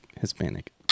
Hispanic